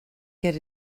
get